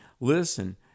listen